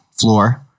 floor